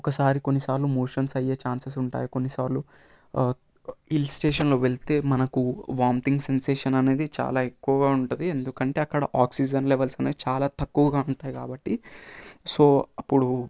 ఒక్కసారి కొన్నిసార్లు మోషన్స్ అయ్యే చాన్సస్ ఉంటాయి కొన్నిసార్లు హిల్స్టేషన్లో వెళ్ళే మనకు వామిటింగ్ సెన్సేషన్ అనేది చాలా ఎక్కువగా ఉంటుంది ఎందుకంటే అక్కడ ఆక్సిజన్ లెవెల్స్ అనేవి చాలా తక్కువగా ఉంటాయి కాబట్టి సో అప్పుడు